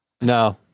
No